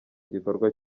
gikorwa